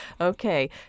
Okay